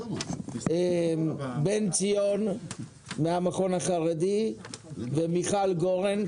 בן ציון מהמכון החרדי ומיכל גורן,